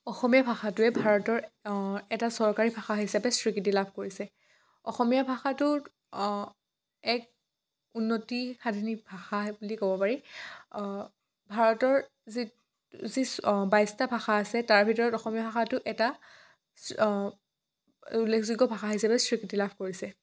অসমীয়া ভাষাটোৱে ভাৰতৰ এটা চৰকাৰী ভাষা হিচাপে স্বীকৃতি লাভ কৰিছে অসমীয়া ভাষাটোত এক উন্নতি সাধিনী ভাষা বুলি ক'ব পাৰি ভাৰতৰ যি যি বাইছটা ভাষা আছে তাৰ ভিতৰত অসমীয়া ভাষাটো এটা উল্লেখযোগ্য ভাষা হিচাপে স্বীকৃতি লাভ কৰিছে